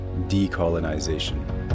decolonization